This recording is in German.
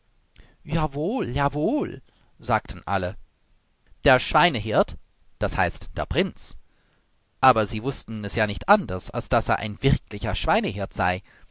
jawohl jawohl sagten alle der schweinehirt das heißt der prinz aber sie wußten es ja nicht anders als daß er ein wirklicher schweinehirt sei